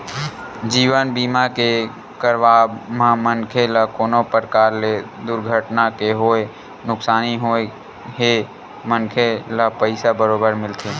जीवन बीमा के करवाब म मनखे ल कोनो परकार ले दुरघटना के होय नुकसानी होए हे मनखे ल पइसा बरोबर मिलथे